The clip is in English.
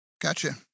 Gotcha